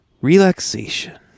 Relaxation